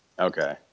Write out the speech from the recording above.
Okay